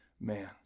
man